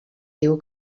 diu